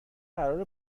قراره